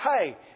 Hey